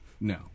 No